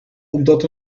omdat